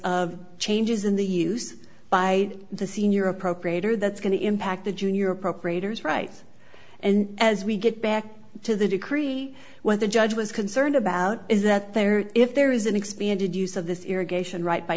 of changes in the use by the senior appropriator that's going to impact the junior appropriators right and as we get back to the decree when the judge was concerned about is that there if there is an expanded use of this irrigation right by